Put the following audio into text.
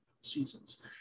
seasons